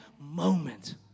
moment